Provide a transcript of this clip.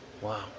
Wow